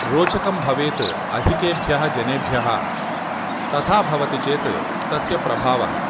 रोचकं भवेत् अधिकेभ्यः जनेभ्यः तथा भवति चेत् तस्य प्रभावः